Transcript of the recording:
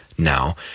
Now